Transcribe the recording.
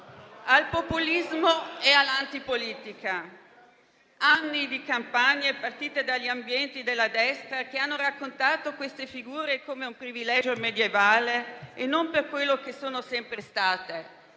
populismo e all'antipolitica. Anni di campagne partite dagli ambienti della destra hanno raccontato queste figure come un privilegio medievale e non per quello che sono sempre state,